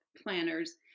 planners